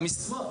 ברשות עצמה.